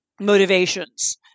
motivations